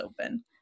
open